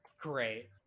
great